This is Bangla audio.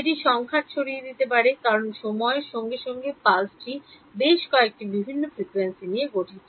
এটি সংখ্যায় ছড়িয়ে দিতে চলেছে কারণ সময়ে সময়ে ডালটি বেশ কয়েকটি বিভিন্ন ফ্রিকোয়েন্সি নিয়ে গঠিত